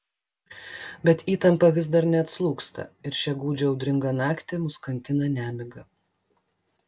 bet įtampa vis dar neatslūgsta ir šią gūdžią audringą naktį mus kankina nemiga